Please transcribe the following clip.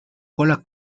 cola